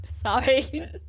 Sorry